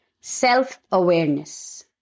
self-awareness